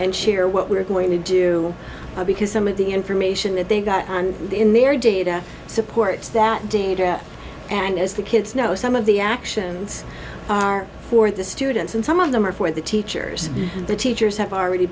and share what we're going to do because some of the information that they got on in their data supports that data and as the kids know some of the actions are for the students and some of them are for the teachers and the teachers have already